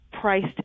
priced